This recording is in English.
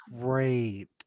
great